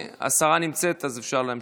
השרה נמצאת, אז אפשר להמשיך.